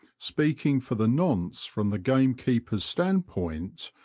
speaking for the nonce from the game keeper's stand point,